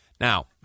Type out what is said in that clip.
Now